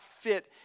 fit